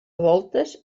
voltes